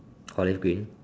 olive green